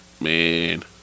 Man